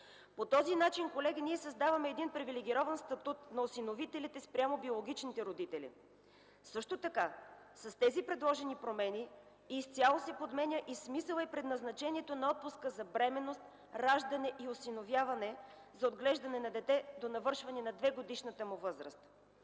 по този начин ние създаваме един привилегирован статут на осиновителите спрямо биологичните родители. Също така с тези предложени промени изцяло се подменя и смисълът, и предназначението на отпуска за бременност, раждане и осиновяване за отглеждане на дете до навършване на 2-годишната му възраст.